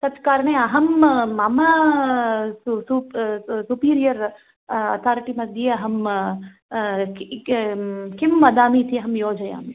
तत्करणे अहं मम सु सुप् सुपीरियर् पार्टिमध्ये अहं क्क् किं वदामि इति अहं योजयामि